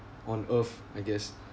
on earth I guess